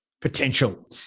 potential